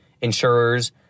insurers